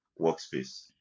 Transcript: workspace